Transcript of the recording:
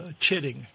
chitting